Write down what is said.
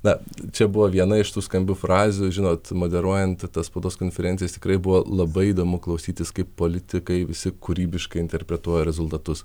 na čia buvo viena iš tų skambių frazių žinot moderuojant tą spaudos konferencijos tikrai buvo labai įdomu klausytis kaip politikai visi kūrybiškai interpretuoja rezultatus